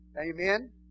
Amen